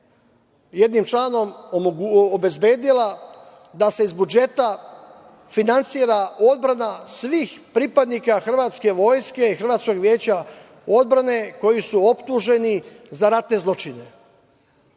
jednim članom obezbedila da se iz budžeta finansira odbrana svih pripadnika hrvatske vojske i hrvatskog veća odbrane koji su optuženi za ratne zločine. Želim